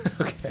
Okay